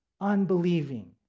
unbelieving